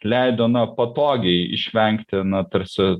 leido na patogiai išvengti na tarsi